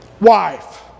wife